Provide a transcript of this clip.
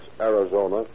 Arizona